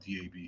DAB